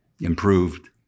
improved